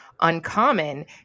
uncommon